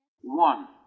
one